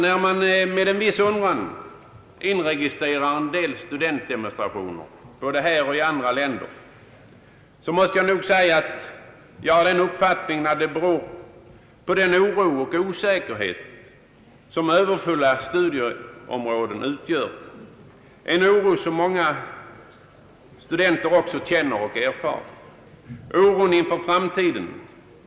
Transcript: Det är med en viss undran man inregistrerar att studentdemonstrationer förekommer såväl här som i andra länder. Beror detta på de orosoch osäkerhetsmoment som Ööverfyllda studieområden utgör? Många studenter känner säkert denna oro — oro inför framtiden.